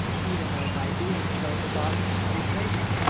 even though by doing so the loss might be great.